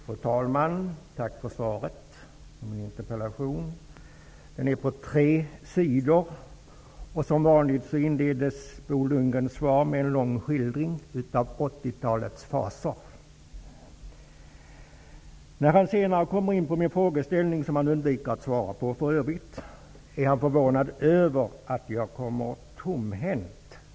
Fru talman! Tack för svaret på min interpellation. Det är på tre sidor. Som vanligt inleds Bo Lundgrens svar med en lång skildring av 80-talets fasor. När han senare kommer in på min frågeställning, som han för övrigt undviker att svara på, är han förvånad över att jag kommer tomhänt.